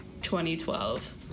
2012